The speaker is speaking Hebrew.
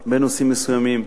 בנושאים מסוימים.